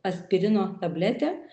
aspirino tabletė